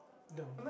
no